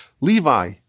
Levi